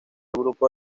grupo